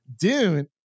dune